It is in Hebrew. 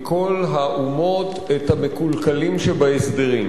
מכל האומות את המקולקלים שבהסדרים.